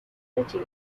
city